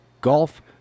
golf